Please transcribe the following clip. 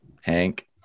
Hank